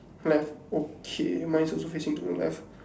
left okay mine's also facing to the left